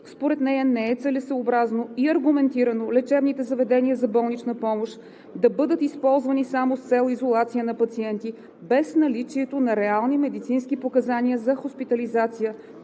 Според нея не е целесъобразно и аргументирано лечебните заведения за болнична помощ да бъдат използвани само с цел изолация на пациенти, без наличието на реални медицински показания за хоспитализация